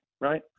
right